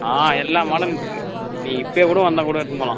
ஆ எல்லா மாடலும் இருக்குது நீங்கள் இப்போத கூட வந்தால் கூட எடுத்துனு போகலாம்